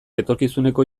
etorkizuneko